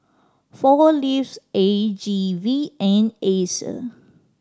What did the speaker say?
Four Leaves A G V and Acer